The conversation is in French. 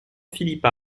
philippe